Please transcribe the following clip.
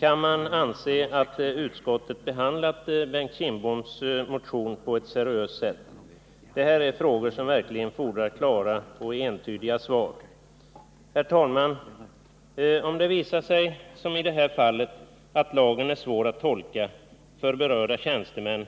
Kan man anse att utskottet behandlat Bengt Kindboms motion på ett seriöst sätt? Det här är frågor som verkligen fordrar klara och entydiga svar. Herr talman! Om det — som i det här fallet — visar sig att lagen är svår att tolka av berörda tjänstemän,